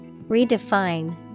Redefine